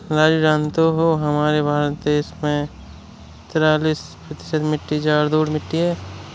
राजू जानते हो हमारे भारत देश में तिरालिस प्रतिशत मिट्टी जलोढ़ मिट्टी हैं